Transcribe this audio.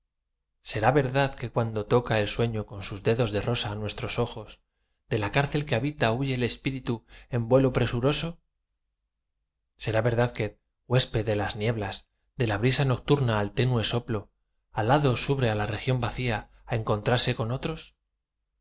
será verdad que cuando toca el sueño con sus dedos de rosa nuestros ojos de la cárcel que habita huye el espíritu en vuelo presuroso será verdad que huésped de las nieblas de la brisa nocturna al tenue soplo alado sube á la región vacía á encontrarse con otros